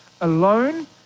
alone